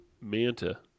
Manta